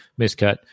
miscut